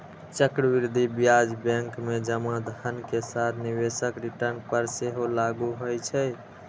चक्रवृद्धि ब्याज बैंक मे जमा धन के साथ निवेशक रिटर्न पर सेहो लागू होइ छै